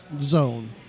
zone